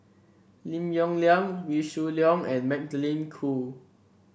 Lim Yong Liang Wee Shoo Leong and Magdalene Khoo